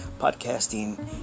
podcasting